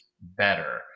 better